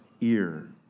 ear